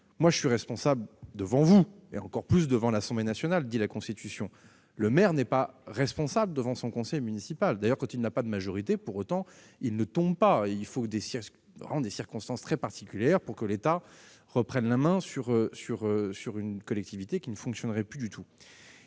Moi, je suis responsable devant vous, et encore plus devant l'Assemblée nationale, selon les termes de la Constitution. Le maire n'est pas responsable devant son conseil municipal. D'ailleurs, quand il n'a pas de majorité, il ne tombe pas pour autant. Il faut vraiment des circonstances très particulières pour que l'État reprenne la main sur une collectivité qui ne fonctionnerait plus du tout.